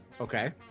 Okay